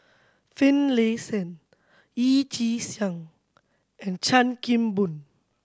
Finlayson Yee Chi Seng and Chan Kim Boon